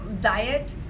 diet